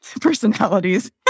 personalities